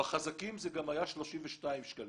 בחזקים זה גם היה 32 שקלים.